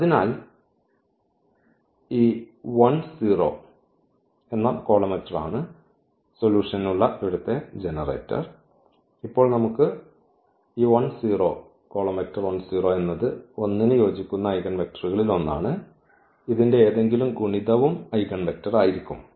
അതിനാൽ ഈ 1 0T ആണ് സൊല്യൂഷൻനുള്ള ഇവിടത്തെ ജനറേറ്റർ ഇപ്പോൾ നമുക്ക് ഈ 1 0T എന്നത് 1 ന് യോജിക്കുന്ന ഐഗൺവെക്റ്ററുകളിൽ ഒന്നാണ് ഇതിൻറെ ഏതെങ്കിലും ഗുണിതവും ഐഗൺവെക്റ്റർ ആയിരിക്കും